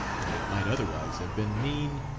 when it might otherwise have been mean,